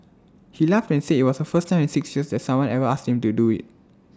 he laughed and said IT was the first time in six years that someone ever asked him to do IT